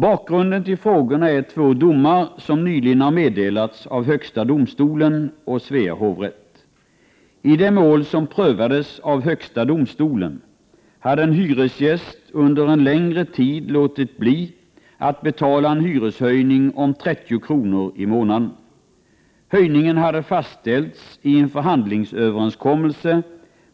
Bakgrunden till frågorna är två domar som nyligen har meddelats av högsta domstolen och Svea hovrätt. I det mål som prövades av högsta domstolen hade en hyresgäst under en längre tid låtit bli att betala en hyreshöjning om 30 kr. i månaden. Höjningen hade fastställts i en förhandlingsöverenskommelse